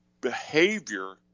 behavior